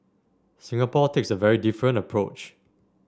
Singapore takes a very different approach